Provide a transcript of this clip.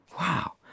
Wow